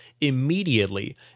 immediately